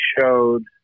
showed